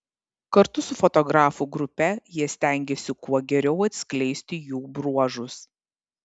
kartu su fotografų grupe jie stengėsi kuo geriau atskleisti jų bruožus